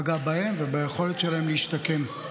זה פגע בהם וביכולת שלהם להשתקם.